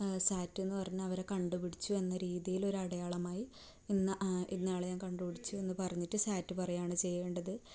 സാറ്റെന്നു പറഞ്ഞ് അവരെ കണ്ടുപിടിച്ചു എന്ന രീതിയിൽ ഒരു അടയാളമായി ഇന്ന ഇന്നയാളെ ഞാൻ കണ്ടുപിടിച്ചു എന്ന് പറഞ്ഞിട്ട് സാറ്റ് പറയുകയാണ് ചെയ്യേണ്ടത്